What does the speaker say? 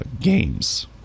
games